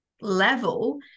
level